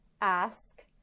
ask